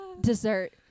Dessert